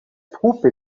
troupe